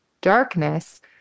darkness